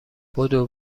بدو